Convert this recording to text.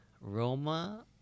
Roma